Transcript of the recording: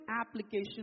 application